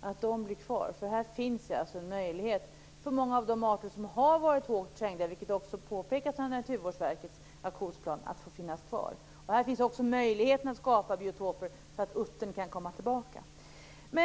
att dessa blir kvar. Här finns alltså en möjlighet för många av de arter som har varit hårt trängda, vilket också påpekats i Naturvårdsverkets aktionsplan, att få finnas kvar. Det finns således möjligheter att skapa biotoper så att uttern kan komma tillbaka.